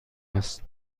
است